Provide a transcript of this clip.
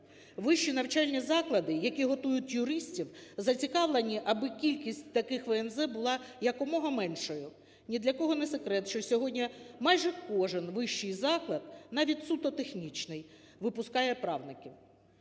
Вищі навчальні заклади, які готують юристів, зацікавлені, аби кількість таких ВНЗ була якомога меншою. Ні для кого не секрет, що сьогодні майже кожен вищий заклад, навіть суто технічний випускає правників.